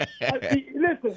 listen